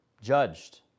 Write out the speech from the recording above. judged